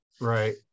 Right